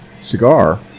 cigar